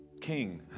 king